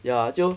ya 就